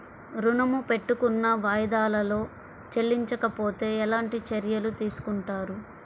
ఋణము పెట్టుకున్న వాయిదాలలో చెల్లించకపోతే ఎలాంటి చర్యలు తీసుకుంటారు?